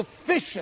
sufficient